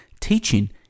teaching